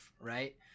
right